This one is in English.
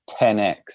10x